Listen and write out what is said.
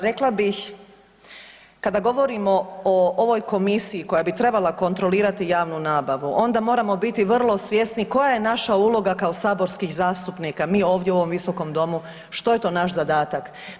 Rekla bih kada govorimo o ovoj komisiji koja bi trebala kontrolirati javnu nabavu onda moramo biti vrlo svjesni koja je naša uloga kao saborskih zastupnika, mi ovdje u ovom Visokom domu što je to naš zadata.